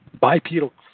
bipedal